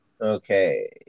Okay